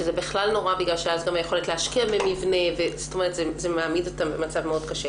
שזה בכלל נורא בגלל שאז היכולת להשקיע במבנה זה מעמיד אותם במצב קשה